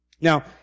Now